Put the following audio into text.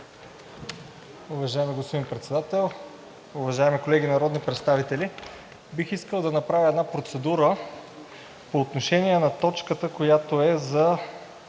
Уважаеми господин Председател, уважаеми колеги народни представители! Бих искал да направя процедура по отношение на точката за